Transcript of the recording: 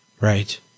Right